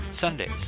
Sundays